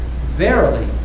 verily